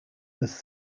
was